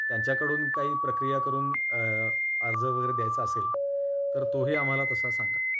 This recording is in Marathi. त्यांच्याकडून काही प्रक्रिया करून अर्ज वगैरे द्यायचा असेल तर तोही आम्हाला तसा सांगा